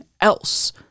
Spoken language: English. else